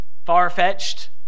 Far-fetched